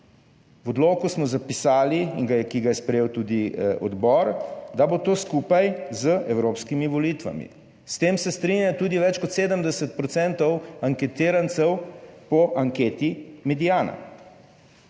V odloku smo zapisali, in ki ga je sprejel tudi odbor, da bo to skupaj z evropskimi volitvami, s tem se strinja tudi več kot 70 % anketirancev po anketi Mediana.